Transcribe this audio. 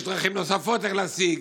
יש דרכים נוספות להשיג.